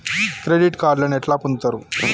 Credit కార్డులను ఎట్లా పొందుతరు?